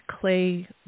clay